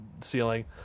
ceiling